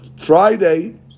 Friday